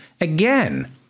Again